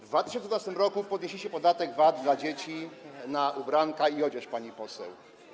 W 2012 r. podnieśliście podatek VAT dla dzieci na ubranka i odzież, pani poseł.